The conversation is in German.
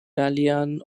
dalian